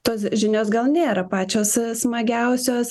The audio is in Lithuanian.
tos žinios gal nėra pačios smagiausios